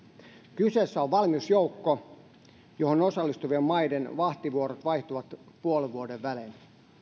kyseessä on valmiusjoukko johon osallistuvien maiden vahtivuorot vaihtuvat puolen vuoden välein